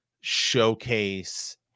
showcase